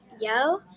Yo